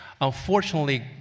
Unfortunately